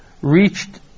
reached